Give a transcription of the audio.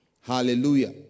Hallelujah